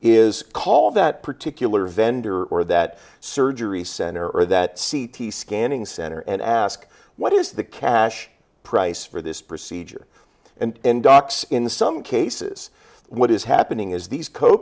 is call that particular vendor or that surgery center or that c t scanning center and ask what is the cash price for this procedure and docs in some cases what is happening is these co